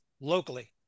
locally